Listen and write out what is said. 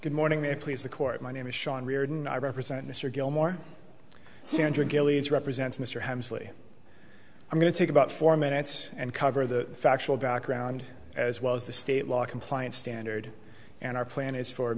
good morning and please the court my name is sean riordan i represent mr gilmore sandra gilead's represents mr hemsley i'm going to take about four minutes and cover the factual background as well as the state law compliance standard and our plan is for